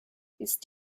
ist